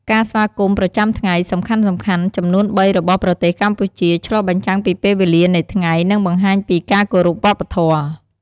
ការស្វាគមន៍ប្រចាំថ្ងៃសំខាន់ៗចំនួនបីរបស់ប្រទេសកម្ពុជាឆ្លុះបញ្ចាំងពីពេលវេលានៃថ្ងៃ និងបង្ហាញពីការគោរពវប្បធម៌។